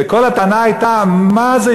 וכל הטענה הייתה: מה זה,